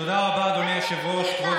תודה רבה, אדוני היושב-ראש.